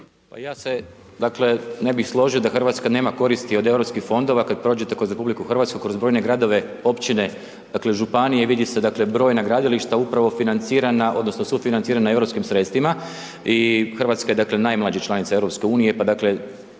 Hrvatska je dakle najmlađa članica EU pa dakle